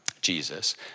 Jesus